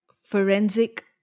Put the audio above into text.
forensic